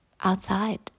outside